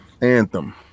Anthem